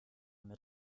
mit